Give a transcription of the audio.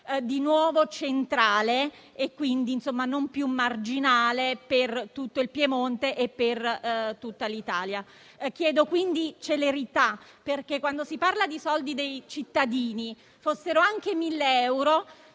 di nuovo centrale e quindi non più marginale, per tutto il Piemonte e l'Italia intera. Chiedo celerità perché, quando si parla di soldi dei cittadini, fossero anche 1.000 euro,